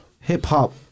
Hip-hop